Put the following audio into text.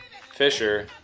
Fisher